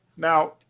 Now